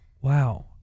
Wow